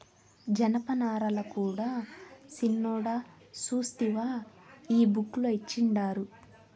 జనపనారల కూడా సిన్నోడా సూస్తివా ఈ బుక్ ల ఇచ్చిండారు